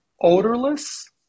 odorless